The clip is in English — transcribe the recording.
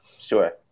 Sure